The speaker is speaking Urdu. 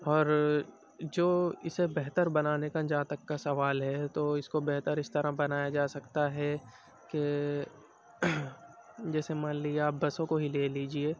اور جو اسے بہتر بنانے کا جہاں تک کا سوال ہے تو اس کو بہتر اس طرح بنایا جا سکتا ہے کہ جیسے مان لیے آپ بسوں کو ہی لے لیجیے